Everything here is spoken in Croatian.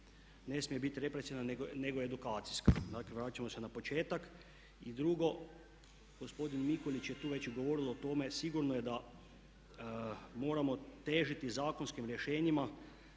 ne smije biti represivna nego edukacijska. Znači, vratit ćemo se na početak. I drugo, gospodin Mikulić je tu već govorio o tome sigurno je da moramo težiti zakonskim rješenjima